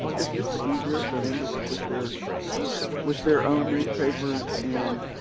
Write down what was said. it's just easier for them to work with their with their own newspapers and,